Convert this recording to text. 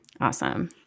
awesome